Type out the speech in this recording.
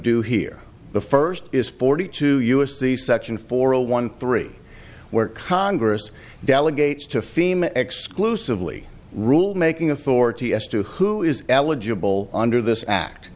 do here the first is forty two u s c section four zero one three where congress delegates to fema exclusively rule making authority as to who is eligible under this act